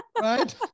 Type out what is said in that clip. Right